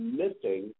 missing